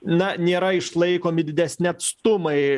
na nėra išlaikomi didesni atstumai